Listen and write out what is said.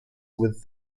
with